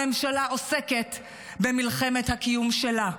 הממשלה עוסקת במלחמת הקיום שלה.